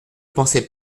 pensais